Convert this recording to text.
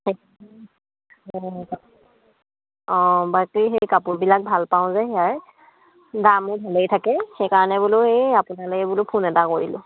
অঁ অঁ বাকী সেই কাপোৰবিলাক ভালপাওঁ যে তাৰ দামো ভালেই থাকে সেইকাৰণে বোলো এই আপোনালৈ বোলো ফোন এটা কৰিলোঁ